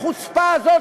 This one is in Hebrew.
החוצפה הזאת,